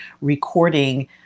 recording